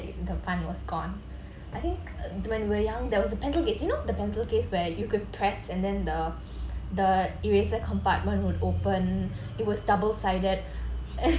the the fan was gone I think we're young there was a pencil case you know the pencil case where you could press and then the the eraser compartment would open it was double sided